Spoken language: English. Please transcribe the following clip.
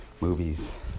movies